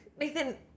Nathan